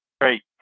Great